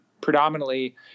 predominantly